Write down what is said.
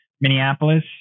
Minneapolis